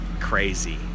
crazy